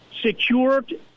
secured